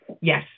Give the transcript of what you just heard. Yes